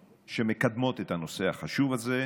שמקדמות את הנושא החשוב הזה.